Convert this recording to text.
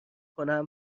کنم